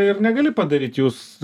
ir negali padaryt jūs